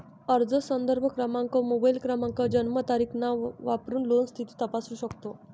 अर्ज संदर्भ क्रमांक, मोबाईल क्रमांक, जन्मतारीख, नाव वापरून लोन स्थिती तपासू शकतो